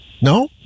no